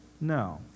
No